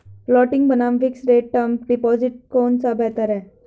Floating बनाम fixed rate term deposit कौन सा बेहतर है?